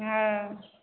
हँ